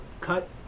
cut